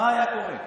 מה היה קורה?